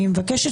אני רוצה